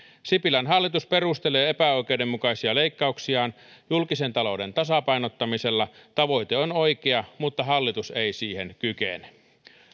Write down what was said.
sipilän hallitus perustelee epäoikeudenmukaisia leikkauksiaan julkisen talouden tasapainottamisella tavoite on oikea mutta hallitus ei siihen kykene